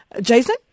Jason